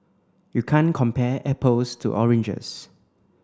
you can't compare apples to oranges